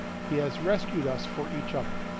he has rescued us for each other.